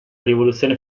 rivoluzione